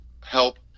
help